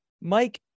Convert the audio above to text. Mike